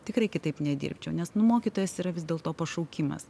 tikrai kitaip nedirbčiau nes nu mokytojas yra vis dėlto pašaukimas